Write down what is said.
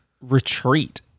retreat